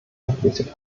verpflichtet